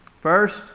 First